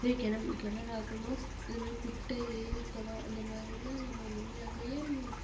ஹே கெணம் கிணறாக்கணும் அது மாரி குட்டை ஏரி குளம் அந்த மாதிரிலாம் நம்ம முன்னாடியே